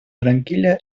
tranquila